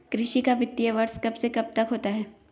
कृषि का वित्तीय वर्ष कब से कब तक होता है?